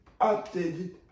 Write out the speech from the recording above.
updated